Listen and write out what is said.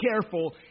careful